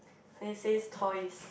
then it says toys